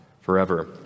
forever